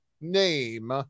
name